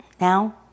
now